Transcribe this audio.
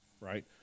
right